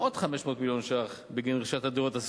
לסוכנות עוד 500 מיליון ש"ח בגין רכישת הדירות,